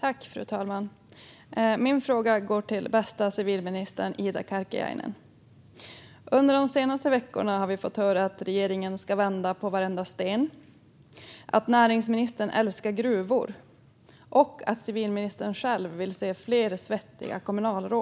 Fru talman! Min fråga går till bästa civilministern Ida Karkiainen. Under de senaste veckorna har vi fått höra att regeringen ska vända på varenda sten, att näringsministern älskar gruvor och att civilministern själv vill se fler svettiga kommunalråd.